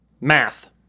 Math